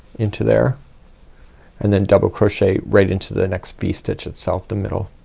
into there and then double crochet right into the next v-stitch itself the middle.